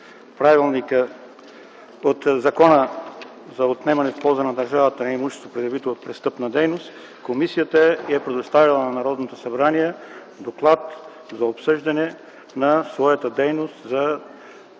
ал. 4 от Закона за отнемане в полза на държавата на имущество, придобито от престъпна дейност, комисията е предоставила на Народното събрание доклад за обсъждане на своята дейност за